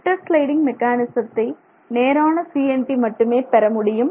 inter sliding மெக்கானிஸத்தை நேரான CNT மட்டுமே பெறமுடியும்